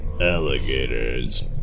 alligators